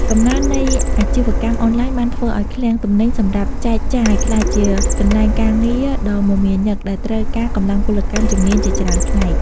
កំណើននៃអាជីវកម្មអនឡាញបានធ្វើឱ្យឃ្លាំងទំនិញសម្រាប់ចែកចាយ ក្លាយជាកន្លែងការងារដ៏មមាញឹកដែលត្រូវការកម្លាំងពលកម្មជំនាញជាច្រើនផ្នែក។